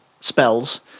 spells